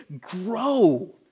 grow